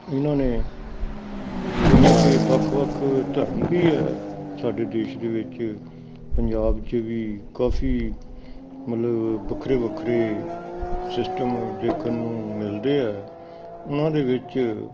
ਇਨ੍ਹਾਂ ਨੇ ਜਿਵੇਂ ਕਿ ਵੱਖ ਵੱਖ ਧਰਮ ਵੀ ਹੈ ਸਾਡੇ ਦੇਸ਼ ਦੇ ਵਿੱਚ ਪੰਜਾਬ 'ਚ ਵੀ ਕਾਫੀ ਮਤਲਬ ਵੱਖਰੇ ਵੱਖਰੇ ਸਿਸਟਮ ਦੇਖਣ ਨੂੰ ਮਿਲਦੇ ਆ ਉਹਨਾਂ ਦੇ ਵਿੱਚ